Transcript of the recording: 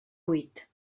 huit